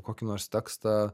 kokį nors tekstą